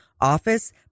office